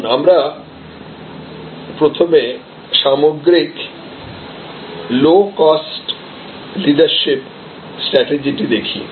আসুন আমরা প্রথমে সামগ্রিক লো কস্ট লিডারশিপ স্ট্রাটেজিটি দেখি